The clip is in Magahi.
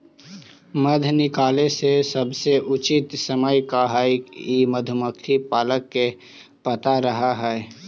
मध निकाले के सबसे उचित समय का हई ई मधुमक्खी पालक के पता रह हई